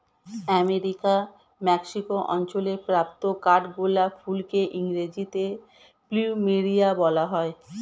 আমেরিকার মেক্সিকো অঞ্চলে প্রাপ্ত কাঠগোলাপ ফুলকে ইংরেজিতে প্লুমেরিয়া বলা হয়